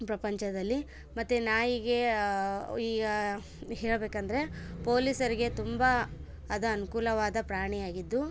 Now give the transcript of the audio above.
ಪ್ರಪಂಚದಲ್ಲಿ ಮತ್ತೆ ನಾಯಿಗೆ ಈಗ ಹೇಳಬೇಕಂದ್ರೆ ಪೊಲೀಸರಿಗೆ ತುಂಬ ಅದು ಅನುಕೂಲವಾದ ಪ್ರಾಣಿಯಾಗಿದ್ದು